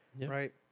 right